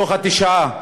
מתוך התשעה,